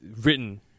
written